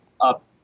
up